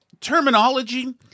terminology